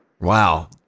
wow